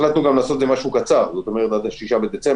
החלטנו לעשות את הפיילוט כפיילוט קצר עד ה-6 בדצמבר.